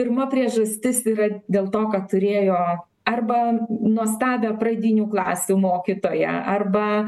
pirma priežastis yra dėl to kad turėjo arba nuostabią pradinių klasių mokytoją arba